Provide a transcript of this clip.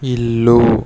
ఇల్లు